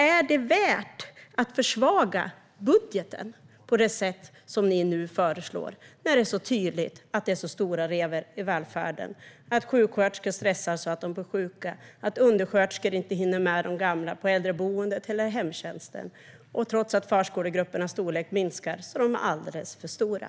Är det värt att försvaga budgeten på det sätt som ni nu föreslår när det är tydligt att det är stora revor i välfärden? Sjuksköterskor stressar så att de blir sjuka. Undersköterskor hinner inte med de gamla på äldreboendet eller i hemtjänsten. Och trots att förskolegruppernas storlek minskar är de alldeles för stora.